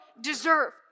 deserve